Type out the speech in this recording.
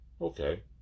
Okay